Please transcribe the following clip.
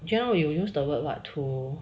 just now you use the word what to